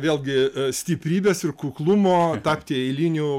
vėlgi stiprybės ir kuklumo tapti eiliniu